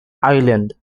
island